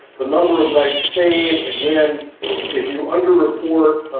the number of nights stayed, again if you under report,